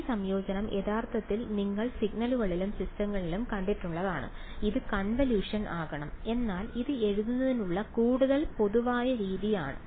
ഈ സംയോജനം യഥാർത്ഥത്തിൽ നിങ്ങൾ സിഗ്നലുകളിലും സിസ്റ്റങ്ങളിലും കണ്ടിട്ടുള്ളതാണ് ഇത് കൺവല്യൂഷൻ ആകണം എന്നാൽ ഇത് എഴുതുന്നതിനുള്ള കൂടുതൽ പൊതുവായ രീതിയാണ്